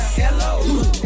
hello